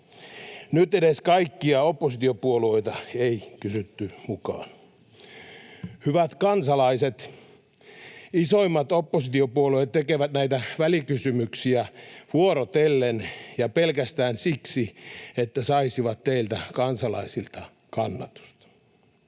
Nyt edes kaikkia oppositiopuolueita ei kysytty mukaan. Hyvät kansalaiset! Isoimmat oppositiopuolueet tekevät näitä välikysymyksiä vuorotellen ja pelkästään siksi, että saisivat teiltä kansalaisilta kannatusta.